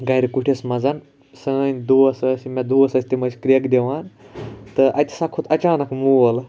گَرِ کُٹھِس مَنٛز سٲنۍ دوس ٲسۍ یِم مےٚ دوس ٲسۍ تم ٲسۍ کریٚکہِ دِوان تہٕ اَتہِ ہَسا کھوٚت اَچانَک مول